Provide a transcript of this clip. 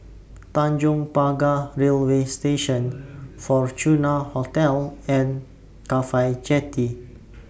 Tanjong Pagar Railway Station Fortuna Hotel and Cafhi Jetty